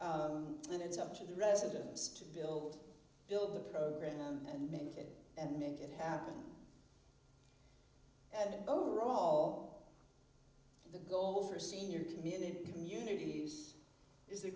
and it's up to the residents to build build the program and make it and make it happen and overall the goal for senior community communities is the